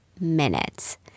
minutes